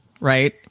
right